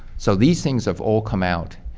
so these things have all come out.